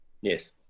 Yes